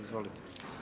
Izvolite.